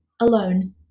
alone